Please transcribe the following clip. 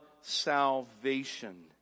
Salvation